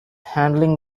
handling